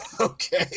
okay